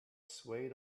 swayed